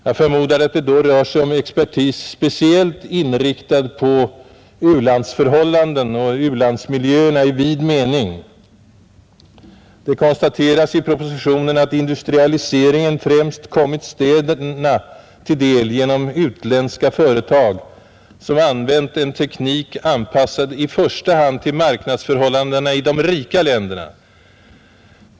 Jag förmodar att det då rör sig om expertis, speciellt inriktad på u-landsförhållanden och u-landsmiljöer i vid mening. Det konstateras i propositionen att industrialiseringen främst kommit städerna till del genom utländska företag som använt en teknik anpassad i första hand till marknadsförhållandena i de rika länderna.